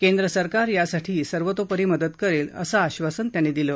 केंद्र सरकार यासाठी सर्वतोपरी मदत करेल असं आश्वासन त्यांनी दिलं